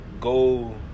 go